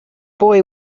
boy